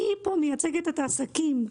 אני פה מייצגת את העסקים.